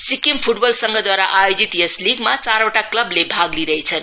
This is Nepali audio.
सिक्किम प्टबल संघद्वारा आयोजित यस लीगमा चारवटा क्लबले भाग लिइरहेछन्